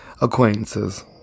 acquaintances